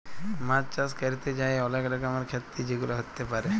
মাছ চাষ ক্যরতে যাঁয়ে অলেক রকমের খ্যতি যেগুলা হ্যতে পারে